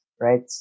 right